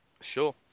Sure